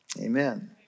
amen